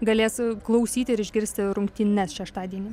galės klausyti ir išgirsti rungtynes šeštadienį